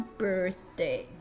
birthday